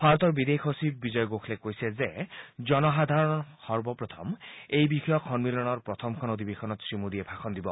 ভাৰতৰ বিদেশ সচিব বিজয় গোখলে কৈছে যে জনসাধাৰণ সৰ্বপ্ৰথম এই বিষয়ক সন্মিলনৰ প্ৰথমখন অধিৱেশনত ভাষণ দিব